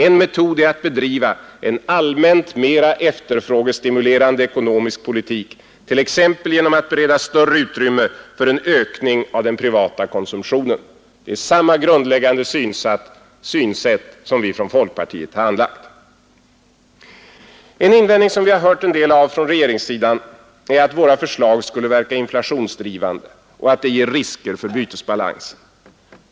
En metod är att bedriva en allmänt mera efterfrågestimulerande ekonomisk politik, t.ex. genom att bereda större utrymme för en ökning av den privata konsumtionen.” Det är samma grundläggande synsätt som vi från folkpartiet har anlagt. En invändning som vi har hört en del av från regeringssidan är att våra förslag skulle verka inflationsdrivande och att de ger risker för bytesbalansen.